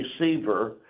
receiver